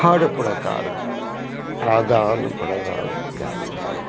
हर प्रकारक आदान प्रदान कयल जाइत अछि